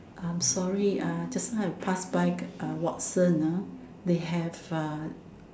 I'm sorry uh just now I passed uh by Watsons ah they have ah